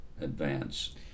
advance